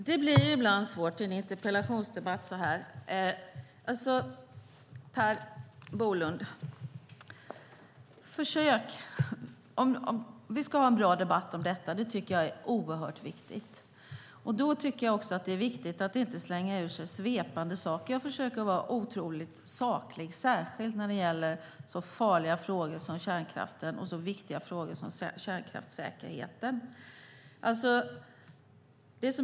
Herr talman! En sådan här interpellationsdebatt blir ibland svår att föra. Att vi ska ha en bra debatt om detta, Per Bolund, tycker jag är oerhört viktigt, och då är det också viktigt att inte slänga ur sig svepande påståenden. Jag försöker vara mycket saklig, särskilt när det gäller så farliga frågor som kärnkraften och så viktiga frågor som kärnkraftssäkerheten.